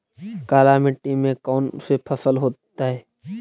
काला मिट्टी में कौन से फसल होतै?